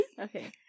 Okay